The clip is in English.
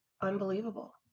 unbelievable